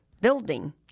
building